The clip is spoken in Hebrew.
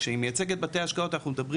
שהיא מייצגת בתי השקעות אנחנו מדברים